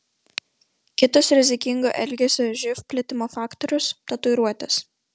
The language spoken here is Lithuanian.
kitas rizikingo elgesio živ plitimo faktorius tatuiruotės